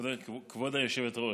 כבוד היושבת-ראש,